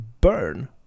Burn